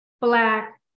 black